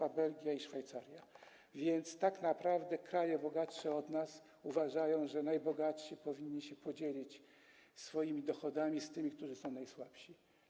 A więc tak naprawdę kraje bogatsze od nas uważają, że najbogatsi powinni się podzielić swoimi dochodami z tymi, którzy są najsłabsi.